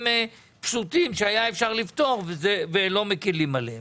פשוטים שהיה אפשר לפתור ולא מקלים עליהם.